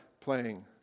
playing